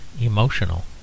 emotional